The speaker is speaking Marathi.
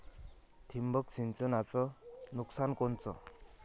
ठिबक सिंचनचं नुकसान कोनचं?